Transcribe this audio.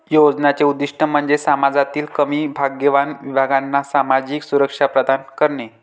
योजनांचे उद्दीष्ट म्हणजे समाजातील कमी भाग्यवान विभागांना सामाजिक सुरक्षा प्रदान करणे